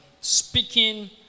speaking